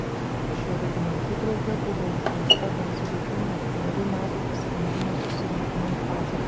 šiuo dokumentu drauge buvo užbaigta gan sudėtinga kelerių metų pasirengimo susirinkimui fazė